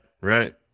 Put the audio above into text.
right